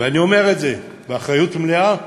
ואני אומר את זה באחריות מלאה,